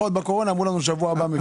בקורונה אמרו שבשבוע הבא מביאים.